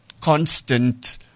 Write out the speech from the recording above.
constant